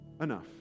enough